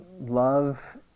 Love